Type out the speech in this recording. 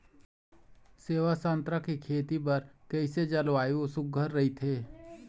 सेवा संतरा के खेती बर कइसे जलवायु सुघ्घर राईथे?